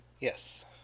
yes